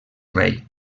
rei